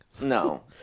No